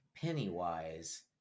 pennywise